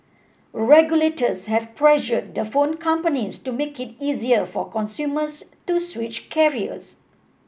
regulators have pressured the phone companies to make it easier for consumers to switch carriers